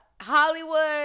Hollywood